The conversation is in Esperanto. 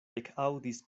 ekaŭdis